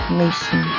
nation